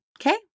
Okay